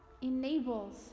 enables